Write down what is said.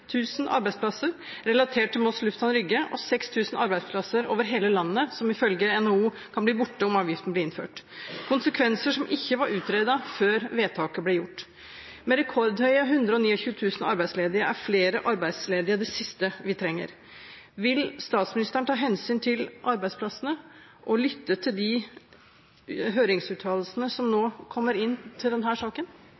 arbeidsplasser relatert til Moss lufthavn Rygge og 6 000 arbeidsplasser over hele landet, som ifølge NHO kan bli borte om avgiften blir innført – konsekvenser som ikke var utredet før vedtaket ble gjort. Med rekordhøye 129 000 arbeidsledige er flere arbeidsledige det siste vi trenger. Vil statsministeren ta hensyn til arbeidsplassene og lytte til de høringsuttalelsene som nå